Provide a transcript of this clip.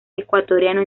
ecuatoriano